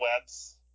webs